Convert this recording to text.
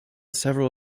several